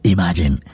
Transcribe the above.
Imagine